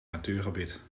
natuurgebied